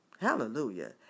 Hallelujah